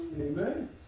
Amen